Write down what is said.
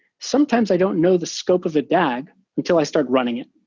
sometimes i don't know the scope of a dag until i start running it.